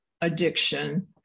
addiction